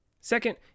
Second